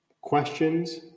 questions